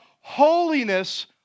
holiness